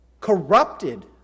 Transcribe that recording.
corrupted